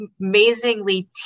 amazingly